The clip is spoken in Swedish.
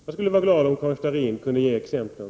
Jag skulle vara glad om Karin Starrin kunde ge exemplen.